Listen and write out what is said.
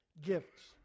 gifts